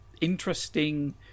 interesting